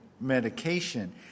medication